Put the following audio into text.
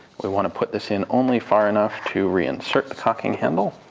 we want to put this in only far enough to reinsert the cocking handle.